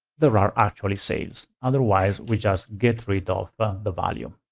there are actually sales. otherwise, we just get rid of but the value.